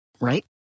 right